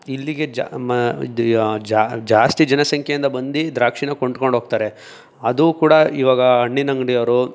ಇಲ್ಲಿಗೆ ಜಾ ಜಾಸ್ತಿ ಜನಸಂಖ್ಯೆಯಿಂದ ಬಂದು ದ್ರಾಕ್ಷಿನ್ನ ಕೊಂಡ್ಕೊಂಡು ಹೋಗ್ತಾರೆ ಅದು ಕೂಡ ಇವಾಗ ಹಣ್ಣಿನಂಗಡಿಯವ್ರು